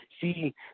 See